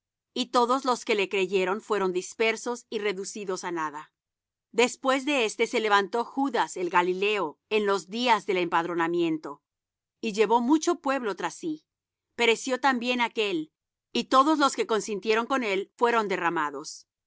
y todos los que le creyeron fueron dispersos y reducidos á nada después de éste se levantó judas el galileo en los días del empadronamiento y llevó mucho pueblo tras sí pereció también aquél y todos los que consintieron con él fueron derramados